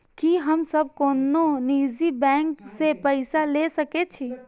की हम सब कोनो निजी बैंक से पैसा ले सके छी?